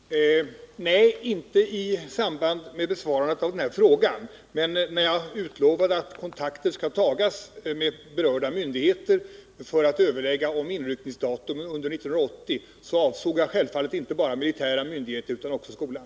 Herr talman! Nej, det har inte skett i samband med besvarandet av denna fråga, men när jag utlovade att kontakter skall tagas med berörda myndigheter för att överlägga om inryckningsdatum 1980 avsåg jag självfallet inte bara militära myndigheter utan också skolan.